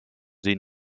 die